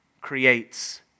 creates